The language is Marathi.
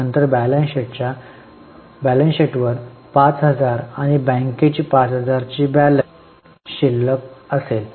नंतर बॅलन्स शीटवर 5000 आणि बँकेची 5000 ची बॅलन्स शिल्लक असेल